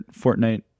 Fortnite